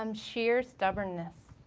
um sheer stubbornness.